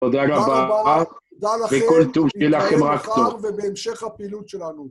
תודה רבה, וכל טוב שלכם, רק טוב. ובהמשך הפעילות שלנו.